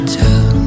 tell